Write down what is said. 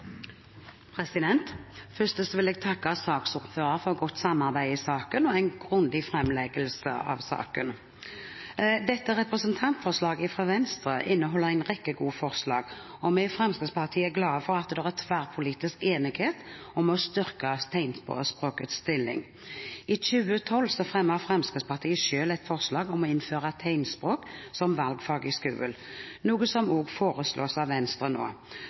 vil jeg takke saksordføreren for godt samarbeid i saken og for en grundig framleggelse av saken. Dette representantforslaget fra Venstre inneholder en rekke gode forslag, og vi i Fremskrittspartiet er glad for at det er tverrpolitisk enighet om å styrke tegnspråkets stilling. I 2012 fremmet Fremskrittspartiet selv et forslag om å innføre tegnspråk som valgfag i skolen, noe som også foreslås av Venstre nå.